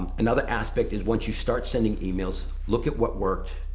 another aspect is once you start sending emails, look at what worked,